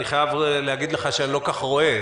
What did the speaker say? אני חייב להגיד לך שאני לא כל כך רואה.